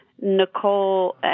Nicole